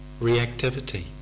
reactivity